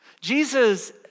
Jesus